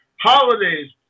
holidays